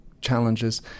challenges